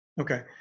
Okay